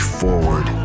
forward